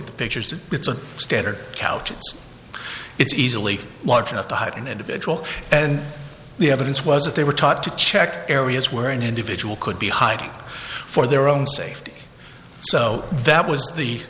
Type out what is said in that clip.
at the pictures that it's a standard couches it's easily large enough to hide an individual and we have it's was that they were taught to check areas where an individual could be hiding for their own safety so that